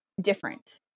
different